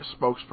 spokesperson